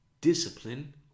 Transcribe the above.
discipline